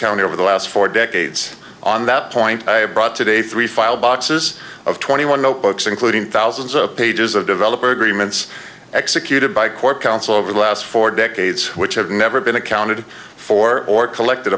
county over the last four decades on that point i brought today three file boxes of twenty one notebooks including thousands of pages of developer agreements executed by corp council over the last four decades which have never been accounted for or collected